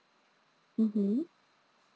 mmhmm